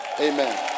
Amen